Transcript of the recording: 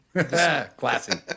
classy